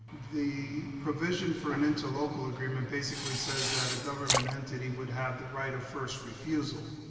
the provision for an interlocal agreement basically says that a government entity would have the right of first refusal,